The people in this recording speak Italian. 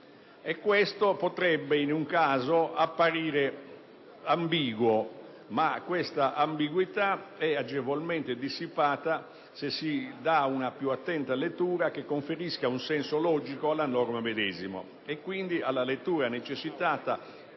Questo potrebbe apparire ambiguo, ma l'ambiguità è agevolmente dissipata se si fa una più attenta lettura che conferisca un senso logico alla norma medesima, quindi una lettura necessitata